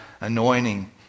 anointing